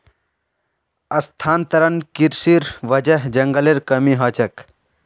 स्थानांतरण कृशिर वजह जंगलेर कमी ह छेक